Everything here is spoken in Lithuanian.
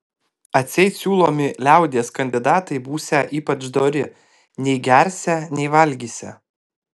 atseit siūlomi liaudies kandidatai būsią ypač dori nei gersią nei valgysią